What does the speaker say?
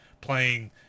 playing